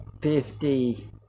fifty